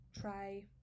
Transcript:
try